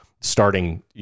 starting